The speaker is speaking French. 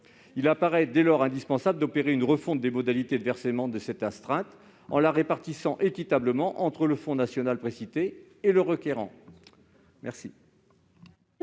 Il apparaît dès lors indispensable d'opérer une refonte des modalités de versement de cette astreinte en la répartissant équitablement entre le Fonds national précité et le requérant.